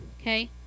okay